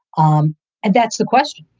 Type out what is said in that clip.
um and that's the question.